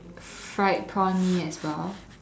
fried prawn Mee as well